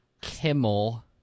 Kimmel